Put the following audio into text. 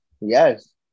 Yes